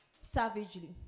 savagely